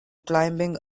climbing